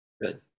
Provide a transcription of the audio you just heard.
good